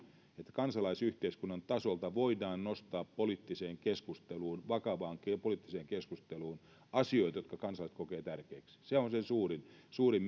että kansalaisyhteiskunnan tasolta voidaan nostaa poliittiseen keskusteluun vakavaankin poliittiseen keskusteluun asioita jotka kansalaiset kokevat tärkeiksi se on sen suurin suurin